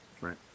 Right